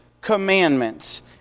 commandments